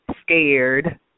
scared